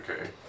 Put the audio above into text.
Okay